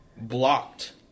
blocked